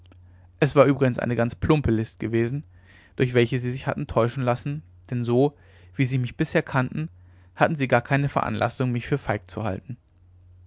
es war übrigens eine ganz plumpe list gewesen durch welche sie sich hatten täuschen lassen denn so wie sie mich bisher kannten hatten sie gar keine veranlassung mich für feig zu halten